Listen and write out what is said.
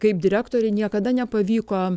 kaip direktorei niekada nepavyko